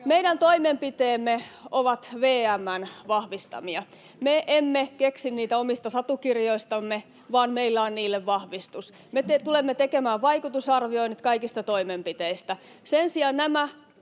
Meidän toimenpiteemme ovat VM:n vahvistamia. Me emme keksi niitä omista satukirjoistamme, vaan meillä on niille vahvistus. Me tulemme tekemään vaikutusarvion kaikista toimenpiteistä. Sen sijaan kun